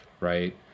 right